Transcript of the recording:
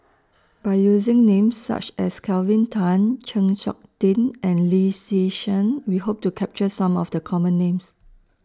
By using Names such as Kelvin Tan Chng Seok Tin and Lee Yi Shyan We Hope to capture Some of The Common Names